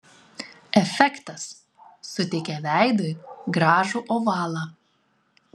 efektas suteikia veidui gražų ovalą